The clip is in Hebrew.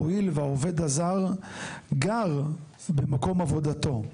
הואיל והעובד הזר גר במקום עבודתו.